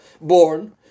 born